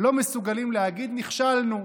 לא מסוגלים להגיד: נכשלנו,